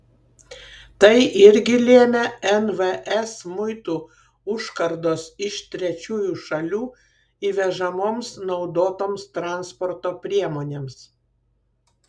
tai irgi lėmė nvs muitų užkardos iš trečiųjų šalių įvežamoms naudotoms transporto priemonėms